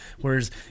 Whereas